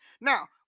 Now